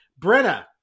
Brenna